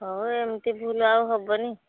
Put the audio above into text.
ହେଉ ଏମିତି ଭୁଲ୍ ଆଉ ହେବନି